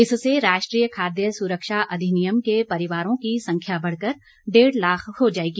इससे राष्ट्रीय खाद्य सुरक्षा अधिनियम के परिवारों की संख्या बढ़कर डेढ़ लाख हो जाएगी